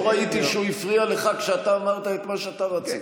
לא ראיתי שהוא הפריע לך כשאתה אמרת את מה שאתה רצית.